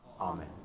Amen